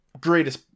greatest